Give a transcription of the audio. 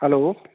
hello